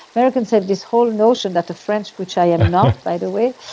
americans have this whole notion that the french which i am not by the way,